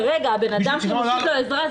כרגע האדם שהוא מושיט לו עזרה.